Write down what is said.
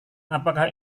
apakah